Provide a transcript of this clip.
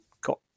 got